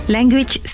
Language